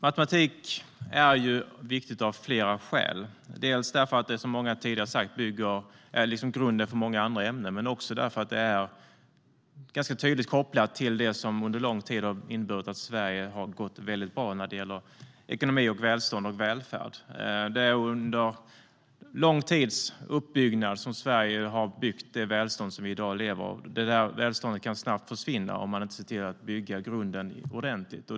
Matematik är viktigt av flera skäl. Dels är det, som många tidigare har sagt, grunden för många andra ämnen, dels är det ganska tydligt kopplat till det som under lång tid inneburit att Sverige har gått väldigt bra när det gäller ekonomi, välstånd och välfärd. Sverige har under lång tid byggt upp det välstånd som vi i dag lever av. Det välståndet kan snabbt försvinna om man inte ser till att bygga grunden ordentligt.